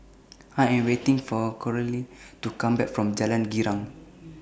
I Am waiting For Carole to Come Back from Jalan Girang